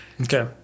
Okay